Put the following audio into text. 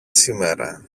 σήμερα